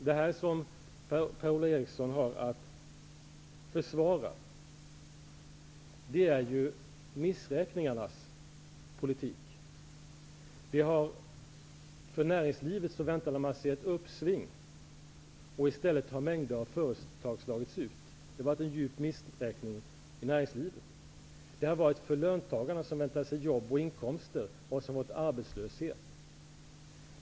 Det som Per-Ola Eriksson har att försvara är ju missräkningarnas politik. För näringslivet förväntade man sig ett uppsving, men i stället har mängder av företag slagits ut. Det var en djup missräkning för näringslivet och för löntagarna, som väntade sig jobb och inkomster men som fått arbetslöshet.